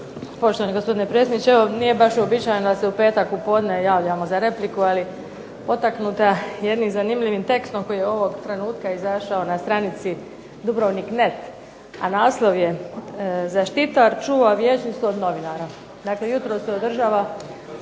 Poštovani gospodine predsjedniče. Nije baš uobičajeno da se u petak popodne javljamo za repliku ali potaknuta jednim zanimljivim tekstom koji je ovog trenutka izašao na stranici Dubrovnik. Net,a naslov je "Zaštitar čuva Vijećnicu od novinara".